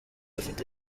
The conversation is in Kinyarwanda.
bafite